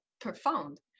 profound